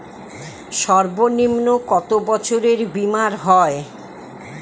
সর্বনিম্ন কত বছরের বীমার হয়?